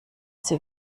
sie